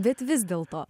bet vis dėlto